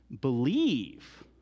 believe